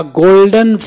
golden